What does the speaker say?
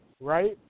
right